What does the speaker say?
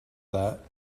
that